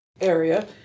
area